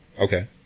Okay